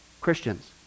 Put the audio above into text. Christians